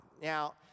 Now